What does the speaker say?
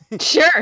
Sure